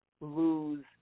lose